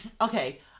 okay